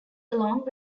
along